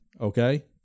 okay